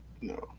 No